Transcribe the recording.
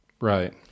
right